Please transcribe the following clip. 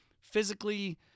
physically